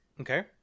Okay